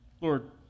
Lord